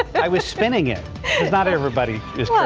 i was spinning it not everybody is